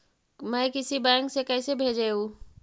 मैं किसी बैंक से कैसे भेजेऊ